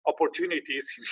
opportunities